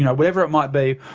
and whatever it might be,